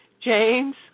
James